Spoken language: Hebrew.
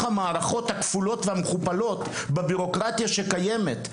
המערכות הכפולות והמכופלות בבירוקרטיה שקיימת.